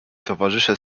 towarzysze